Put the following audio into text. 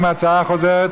(דחיית מועדי פירעון של הלוואה לדיור בשל פטירה),